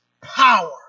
power